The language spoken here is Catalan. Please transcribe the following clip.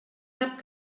cap